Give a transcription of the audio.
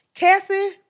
Cassie